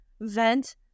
vent